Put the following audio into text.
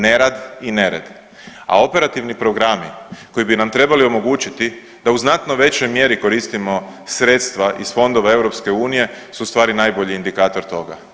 Nerad i nered, a operativni programi koji bi nam trebali omogućiti da u znatno većoj mjeri koristimo sredstva iz fondova EU su ustvari najbolji indikator toga.